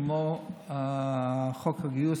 כמו חוק הגיוס,